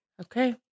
Okay